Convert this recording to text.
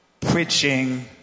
preaching